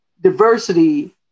diversity